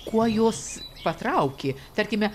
kuo jus patraukė tarkime